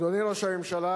אדוני ראש הממשלה,